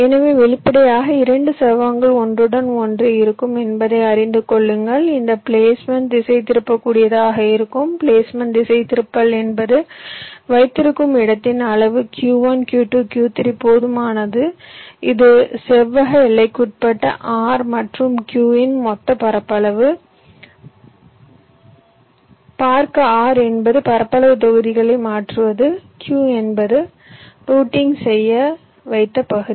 எனவே வெளிப்படையாக இரண்டு செவ்வகங்கள் ஒன்றுடன் ஒன்று இருக்கும் என்பதை அறிந்து கொள்ளுங்கள் இந்த பிளேஸ்மென்ட் திசைதிருப்பக்கூடியதாக இருக்கும் பிளேஸ்மென்ட் திசைதிருப்பல் என்பது வைத்திருக்கும் இடத்தின் அளவு Q1 Q2 Q3 போதுமானது இது செவ்வக எல்லைக்குட்பட்ட R மற்றும் Q இன் மொத்த பரப்பளவு பார்க்க R என்பது பரப்பளவு தொகுதிகளை மாற்றுவது Q என்பது ரூட்டிங் செய்ய வைத்த பகுதி